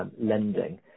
lending